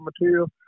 material